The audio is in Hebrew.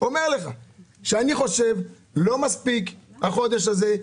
אני חושב שלא מספיק החודש הזה.